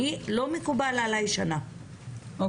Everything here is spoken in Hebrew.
לא מקובל עליי שזה ייקח שנה,